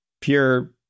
pure